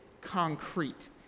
concrete